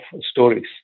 stories